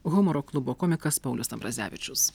humoro klubo komikas paulius ambrazevičius